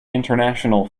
international